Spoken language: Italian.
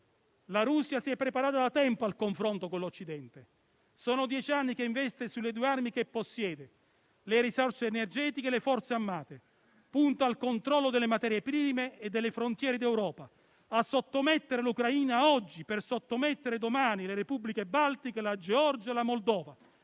la Russia si è preparata da tempo al confronto con l'Occidente. Sono dieci anni che investe sulle due armi che possiede: le risorse energetiche e le forze armate. Punta al controllo delle materie prime e delle frontiere d'Europa, a sottomettere l'Ucraina oggi, per sottomettere domani le Repubbliche baltiche, la Georgia e la Moldova.